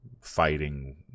fighting